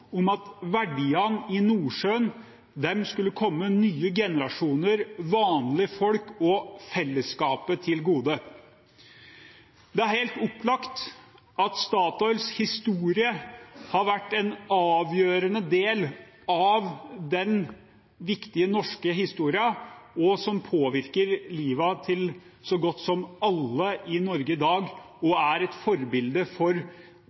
om at verdiene i Nordsjøen skulle komme nye generasjoner, vanlige folk og fellesskapet til gode. Det er helt opplagt at Statoils historie har vært en avgjørende del av den viktige norske historien. Den påvirker livet til så godt som alle i Norge i dag, og er et forbilde for